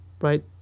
Right